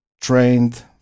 trained